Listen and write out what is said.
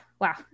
wow